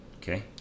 Okay